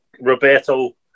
Roberto